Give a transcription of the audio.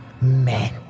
men